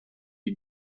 die